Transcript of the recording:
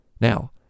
Now